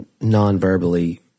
non-verbally